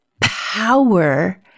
Power